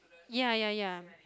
ya ya ya